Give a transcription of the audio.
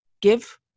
give